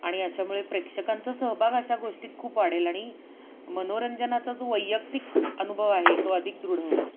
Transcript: आणि अशामुळे प्रेक्षकांचा सहभाग अशा गोष्टीत खूप वाढेल आणि मनोरंजनाचा जो वैयक्तिक अनुभव आहे तो अधिक दृढ होईल